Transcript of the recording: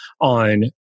on